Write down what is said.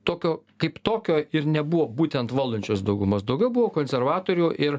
tokio kaip tokio ir nebuvo būtent valdančios daugumos daugiau buvo konservatorių ir